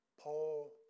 Paul